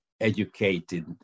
educated